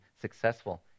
successful